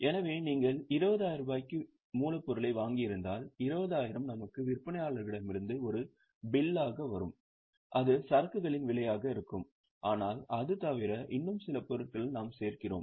எனவே நீங்கள் 20000 க்கு மூலப்பொருளை வாங்கியிருந்தால் 20000 நம் விற்பனையாளரிடமிருந்து ஒரு பில்லாக வரும் அது சரக்குகளின் விலையாக இருக்கும் ஆனால் அது தவிர இன்னும் சில பொருட்களை நாம் சேர்க்கிறோம்